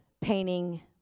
painting